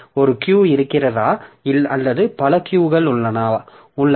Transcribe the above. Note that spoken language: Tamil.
ஒரு Q இருக்கிறதா அல்லது பல Q கள் உள்ளன